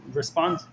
respond